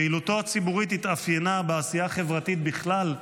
פעילותו הציבורית התאפיינה בעשייה חברתית בכלל,